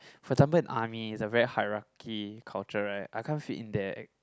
for example in army is a very hierarchy culture right I cannot fit in there